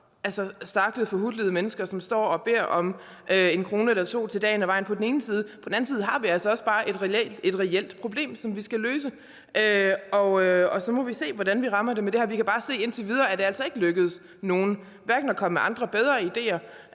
stakkels forhutlede mennesker, som står og beder om 1 eller 2 kr. til at klare dagen og vejen, men at vi på den anden side altså også bare har et reelt problem, som vi skal løse, og så må vi se, hvordan vi rammer det med det her. Vi kan bare se indtil videre, at det altså ikke er lykkedes nogen at komme med bedre ideer,